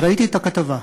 אני ראיתי את הכתבה.